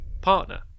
partner